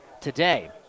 today